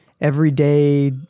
everyday